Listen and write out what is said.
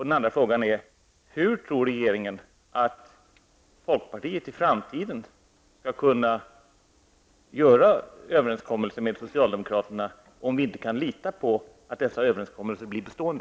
Den andra frågan är: Hur tror regeringen att vi i folkpartiet i framtiden skall kunna göra överenskommelser med socialdemokraterna om vi inte kan lita på att att dessa överenskommelser blir bestående?